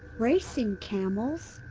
racing camels?